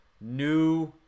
new